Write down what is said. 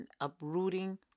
uprooting